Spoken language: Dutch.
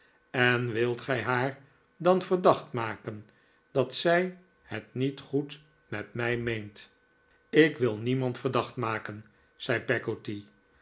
en wilt gij haar dan verdacht maken dat zij het niet goed met mij meent ik wil niemand verdacht maken zei